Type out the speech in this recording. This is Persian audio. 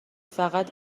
فقط